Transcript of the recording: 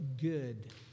good